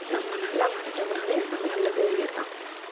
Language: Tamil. நம்ம நல்லா வரைஞ்சோம்னாலே நம்ம நல்ல ஓவியர் தான்